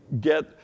get